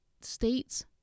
states